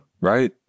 Right